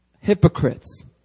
Hypocrites